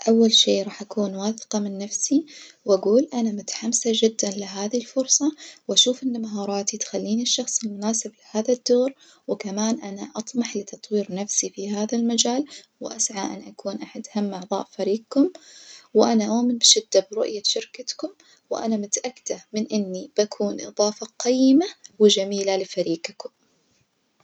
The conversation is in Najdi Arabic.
أول شي راح أكون واثقة من نفسي وأجول أنا متحمسة جداً لهذه الفرصة، وأشوف إن مهاراتي تخليني الشخص المناسب لهذا الدور، وكمان أنا أطمح لتطوير نفسي في هذا المجال وأسعى أن أكون أحد أهم أعضاء فريقكم وأنا أؤمن بشدة برؤية شركتكم وأنا متأكدة من إني بكون إضافة قيمة وجميلة لفريجكم.